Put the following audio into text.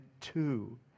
two